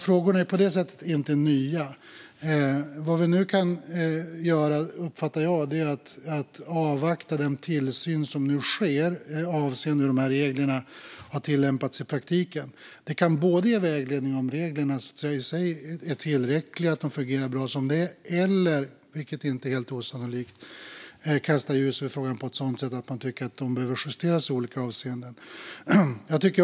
Frågorna är alltså inte nya. Vad vi nu kan göra, uppfattar jag, är att avvakta den tillsyn som sker avseende hur dessa regler har tillämpats i praktiken. Tillsynen kan ge vägledning och visa om reglerna i sig är tillräckliga och fungerar bra som de är eller också, vilket inte är helt osannolikt, kasta ljus över frågan på ett sådant sätt att det blir tydligt att reglerna behöver justeras i olika avseenden.